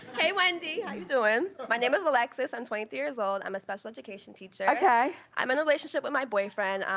hey wendy, how you doin? my name is alexis, i'm twenty three years old. i'm a special education teacher. i'm in a relationship with my boyfriend.